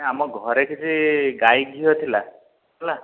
ଆମ ଘରେ କିଛି ଗାଈ ଘିଅ ଥିଲା ହେଲା